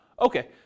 okay